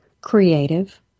creative